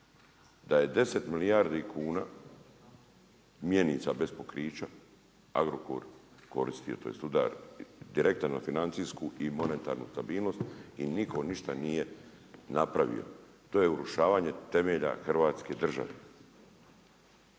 da je 10 milijardi kuna mjenica bez pokrića, Agrokor koristio tj. udar direktan na financijsku i monetarnu stabilnost i nitko ništa nije napravio, to je urušavanje temelja hrvatske države.